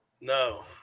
No